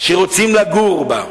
שרוצים לגור בה.